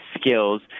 skills